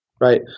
Right